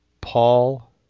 Paul